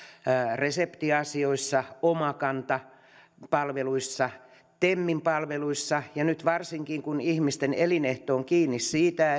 reseptiasioissa omakanta palvelussa temin palveluissa varsinkin nyt kun todennäköisesti ihmisten elinehdot ovat kiinni siitä